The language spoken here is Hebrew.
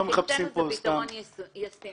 ניתן לזה פתרון ישים.